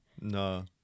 no